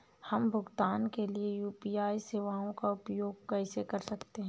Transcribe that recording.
हम भुगतान के लिए यू.पी.आई सेवाओं का उपयोग कैसे कर सकते हैं?